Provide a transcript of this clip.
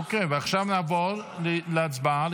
עכשיו נעבור להצבעה על